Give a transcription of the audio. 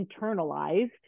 internalized